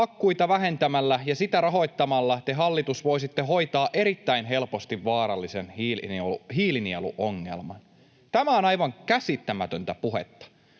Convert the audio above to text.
”Hakkuita vähentämällä ja sitä rahoittamalla te, hallitus, voisitte hoitaa erittäin helposti vaarallisen hiilinieluongelman.” Tämä on aivan käsittämätöntä puhetta.